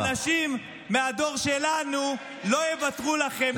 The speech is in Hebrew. האנשים מהדור שלנו לא יוותרו לכם,